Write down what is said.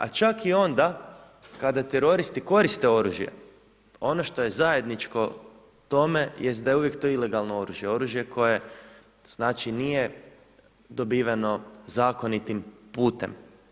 A čak i onda kada teroristi koriste oružje, ono što je zajedničko tome jest da je to uvijek ilegalno oružje, oružje koje znači nije dobiveno zakonitim putem.